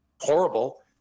horrible